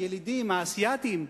הילידים האסייתים,